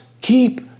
keep